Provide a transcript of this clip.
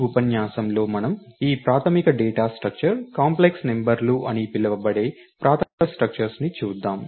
ఈ ఉపన్యాసంలో మనం ఈ ప్రాథమిక డేటా స్ట్రక్టర్ కాంప్లెక్స్ నంబర్లు అని పిలువబడే ప్రాథమిక స్ట్రక్టర్స్ ని చూద్దాం